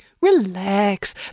Relax